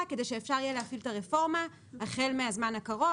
כדי שאפשר יהיה להפעיל את הרפורמה החל מהזמן הקרוב,